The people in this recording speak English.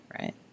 right